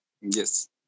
Yes